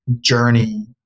journey